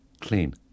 clean